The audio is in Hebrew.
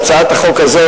שהצעת החוק הזאת,